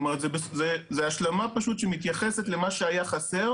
זה השלמה פשוט שמתייחסת למה שהיה חסר